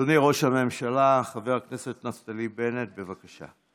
אדוני ראש הממשלה חבר הכנסת נפתלי בנט, בבקשה.